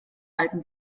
alten